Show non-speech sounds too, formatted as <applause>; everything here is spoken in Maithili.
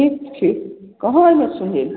ठीक छी कहाँ एहिमे <unintelligible>